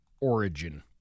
Origin